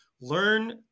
learn